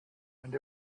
and